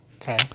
Okay